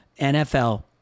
NFL